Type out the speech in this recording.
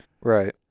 Right